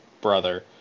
brother